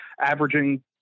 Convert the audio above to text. averaging